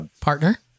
partner